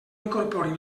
incorporin